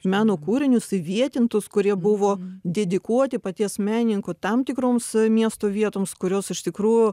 meno kūrinius įvietintus kurie buvo dedikuoti paties menininko tam tikroms miesto vietoms kurios iš tikrųjų